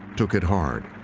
took it hard.